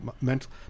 mental